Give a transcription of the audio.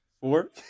four